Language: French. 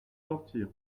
sortir